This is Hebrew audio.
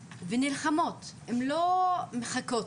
ונלחמות, הן לא מחכות,